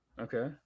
Okay